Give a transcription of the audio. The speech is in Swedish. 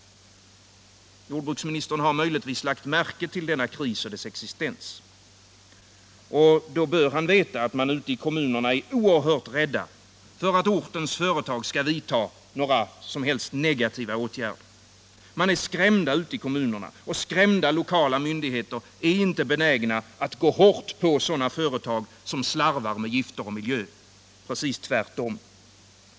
Jordbruksministern har troligtvis lagt märke till existensen av denna kris. Och då bör han veta att man ute i kommunerna är oerhört rädd för att ortens företag skall vidta några som helst negativa åtgärder. Man är skrämd ute i kommunerna, och skrämda lokala myndigheter är inte benägna att gå hårt på sådana företag som slarvar med gifter och miljö — precis tvärtom.